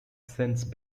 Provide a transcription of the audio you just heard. since